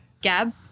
Gab